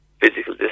physical